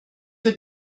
für